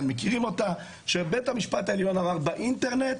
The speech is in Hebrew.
מכירים אותה שבית המפשט העליון אמר שבאינטרנט